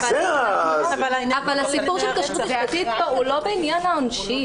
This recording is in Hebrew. אבל הסיפור של כשרות משפטית פה הוא לא בעניין העונשין.